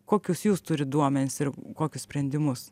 kokius jūs turit duomenis ir kokius sprendimus